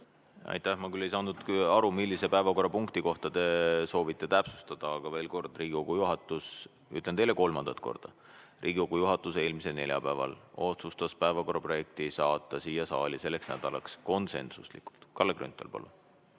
Aitäh! Ma küll ei saanud aru, millise päevakorrapunkti kohta te soovite täpsustada, aga veel kord – ütlen teile kolmandat korda –, Riigikogu juhatus eelmisel neljapäeval otsustas päevakorra projekti saata siia saali selleks nädalaks konsensuslikult. Kalle Grünthal, palun!